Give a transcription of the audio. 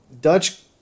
Dutch